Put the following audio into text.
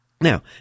Now